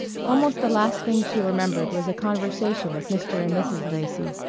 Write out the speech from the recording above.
almost the last thing she remembered was a conversation with mr. and mrs. lacy.